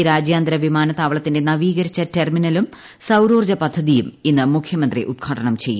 കൊച്ചി രാജ്യാന്തര വിമാനത്താവളത്തിന്റെ നവീകരിച്ച ടെർമിനലും സൌരോർജ പദ്ധതിയും ഇന്ന് മുഖ്യമന്ത്രി ഉദ്ഘാടനം ചെയ്യും